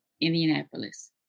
Indianapolis